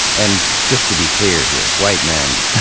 and just to be clear here, white men.